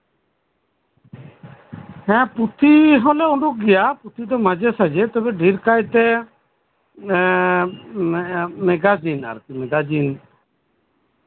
ᱯᱩᱛᱷᱤ ᱫᱚᱞᱮ ᱩᱰᱩᱠ ᱜᱮᱭᱟ ᱯᱩᱛᱷᱤ ᱫᱚ ᱢᱟᱡᱷᱮ ᱥᱟᱡᱮ ᱛᱚᱵᱮ ᱰᱷᱮᱨ ᱠᱟᱭᱛᱮ ᱢᱮᱜᱟᱡᱤᱱ ᱢᱮᱜᱟᱡᱤᱱ ᱟᱨ ᱠᱤ